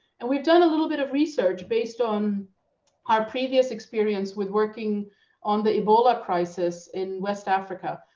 and we've done a little bit of research based on our previous experience with working on the ebola crisis in west africa,